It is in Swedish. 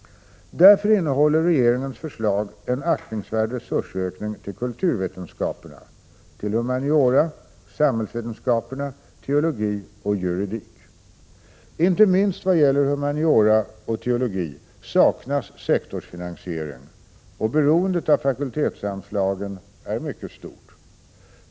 Därför innehåller regeringens förslag en aktningsvärd resursökning till kulturvetenskaperna, till humaniora, samhällsvetenskaperna, teologi och juridik. Inte minst vad gäller humaniora och teologi saknas sektorsfinansiering, och beroendet av fakultetsanslagen är mycket stort.